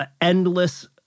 endless